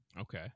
Okay